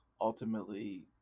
ultimately